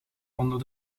onder